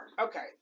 Okay